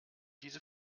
diese